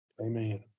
Amen